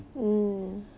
mm